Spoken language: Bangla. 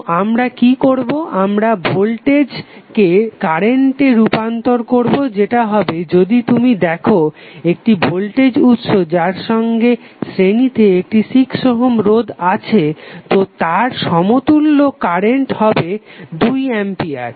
তো আমরা কি করবো আমরা ভোল্টেজ কে কারেন্টে রূপান্তর করবো যেটা হবে যদি তুমি দেখো একটি ভোল্টেজ উৎস যার সঙ্গে শ্রেণীতে একটি 6 ওহম রোধ আছে তো তার সমতুল্য কারেন্ট হবে 2 অ্যাম্পিয়ার